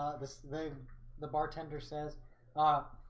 ah this thing the bartender says ah?